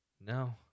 no